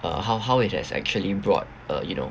uh how how it has actually brought uh you know